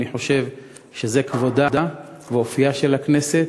אני חושב שזה כבודה ואופייה של הכנסת,